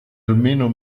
almeno